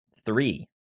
three